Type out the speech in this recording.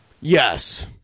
Yes